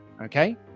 Okay